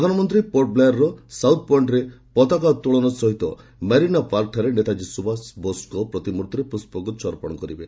ପ୍ରଧାନମନ୍ତ୍ରୀ ପୋର୍ଟବ୍ଲେୟାର୍ର ସାଉଥ୍ ପଏଣ୍ଟ୍ରେ ପତାକା ଉତ୍ତୋଳନ ସହିତ ମାରିନା ପାର୍କଠାରେ ନେତାକ୍ରୀ ସୁଭାଷ ବୋଷ୍ଙ୍କ ପ୍ରତିମୂର୍ତ୍ତିରେ ପୁଷ୍ପଗୁଚ୍ଛ ଅର୍ପଣ କରିବେ